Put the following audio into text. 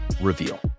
reveal